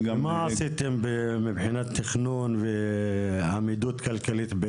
מה עשיתם מבחינת תכנון ועמידות כלכלית?